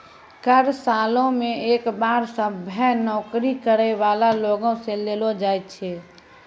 कर सालो मे एक बार सभ्भे नौकरी करै बाला लोगो से लेलो जाय छै